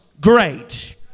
great